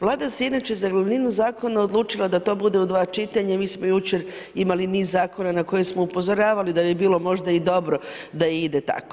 Vlada se inače za glavninu zakona odlučila da to bude u dva čitanja i mi smo jučer imali niz zakona na koje smo upozoravali da bi bilo možda i dobro da ide tako.